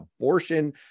abortion